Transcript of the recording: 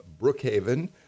Brookhaven